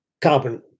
carbon